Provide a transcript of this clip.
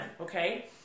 okay